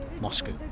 Moscow